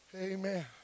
amen